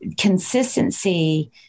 consistency